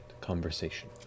conversation